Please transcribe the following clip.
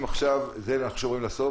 את זה אנחנו שומרים לסוף.